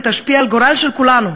היא תשפיע על הגורל של כולנו.